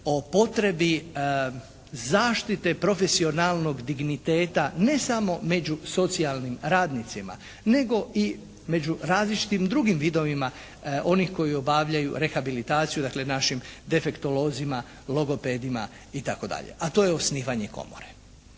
o potrebi zaštite profesionalnog digniteta ne samo među socijalnim radnicima, nego i među različitim drugim vidovima onih koji obavljaju rehabilitaciju, dakle našim defektolozima, logopedima itd., a to je osnivanje komore.